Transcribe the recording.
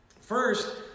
First